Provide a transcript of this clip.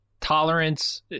tolerance